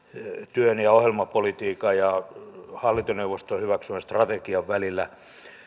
työn ja ohjelmapolitiikan ja hallintoneuvoston hyväksymän strategian välillä